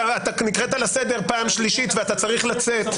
אתה נקראת לסדר פעם שלישית ואתה צריך לצאת.